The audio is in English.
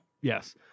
Yes